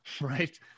right